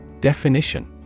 Definition